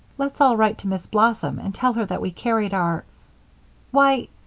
let's all write to miss blossom and tell her that we carried our why!